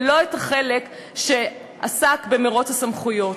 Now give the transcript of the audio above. ולא את החלק שעסק במירוץ הסמכויות.